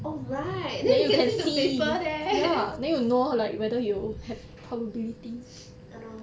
oh right then you can see the paper there !hannor!